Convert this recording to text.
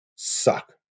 suck